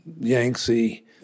Yangtze